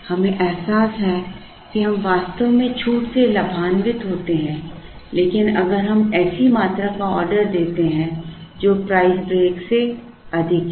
हमें एहसास है कि हम वास्तव में छूट से लाभान्वित होते हैं केवल अगर हम ऐसी मात्रा का ऑर्डर देते हैं जो प्राइस ब्रेक से अधिक है